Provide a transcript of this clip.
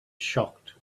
shocked